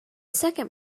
second